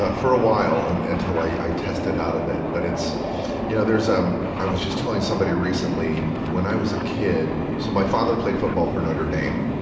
ah for a while, and until i i tested out of it. but it's you know, there's um, i was just telling somebody recently, when i was a kid so my father played football for notre dame.